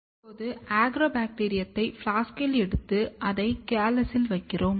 இப்போது அக்ரோபாக்டீரியத்தை பிளாஸ்கில் எடுத்து அதில் கேலஸை வைக்கிறோம்